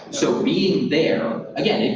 so being there, again,